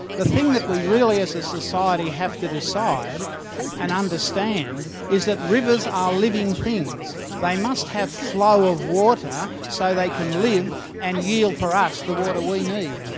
the thing that we really as a society have to decide and understand is that rivers are living things. they must have flow of water so they can live and yield for us the water we need.